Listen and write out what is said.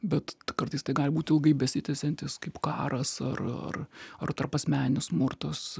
bet kartais tai gali būt ilgai besitęsiantis kaip karas ar ar ar tarpasmeninis smurtas